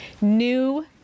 new